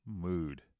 mood